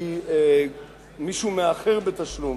כשמישהו מאחר בתשלום,